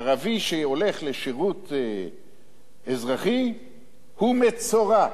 ערבי שהולך לשירות אזרחי הוא מצורע.